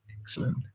Excellent